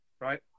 right